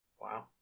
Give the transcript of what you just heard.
Wow